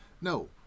No